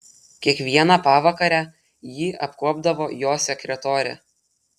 kiekvieną pavakarę jį apkuopdavo jo sekretorė